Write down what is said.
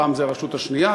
פעם זו הרשות השנייה,